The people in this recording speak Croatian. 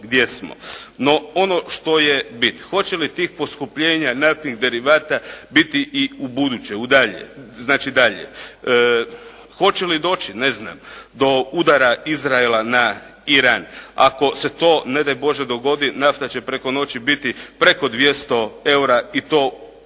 gdje smo. No ono što je bit, hoće li tih poskupljenja naftnih derivata biti i ubuduće, dalje, znači dalje. Hoće li doći ne znam do udara Izraela na Iran ako se to ne daj Bože dogodi nafta će preko noći biti preko 200 eura i to u